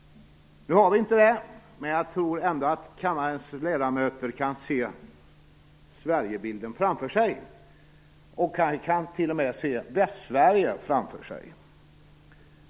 Nu har vi inte det, men jag tror ändå att kammarens ledamöter kan se bilden av Sverige framför sig. De kanske t.o.m. kan se Västsverige framför sig.